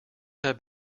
have